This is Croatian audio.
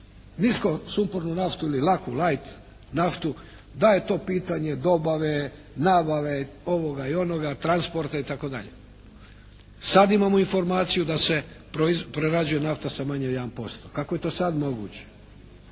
niskosumpornu naftu ili laku, light naftu, da je to pitanje dobave, nabave, ovoga i onoga, transporta itd. Sad imamo informaciju da se prerađuje nafta sa manje od 1%. Kako je to sad moguće,